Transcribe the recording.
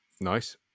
nice